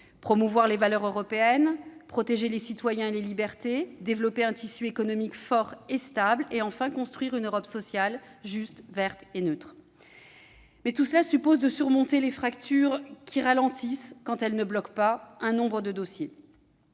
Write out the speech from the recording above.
promouvoir les valeurs européennes, protéger les citoyens et les libertés, développer un tissu économique fort et stable et construire une Europe sociale, juste, verte et neutre ? Mais tout cela suppose de surmonter les fractures qui ralentissent, quand elles ne la bloquent pas, l'avancée d'un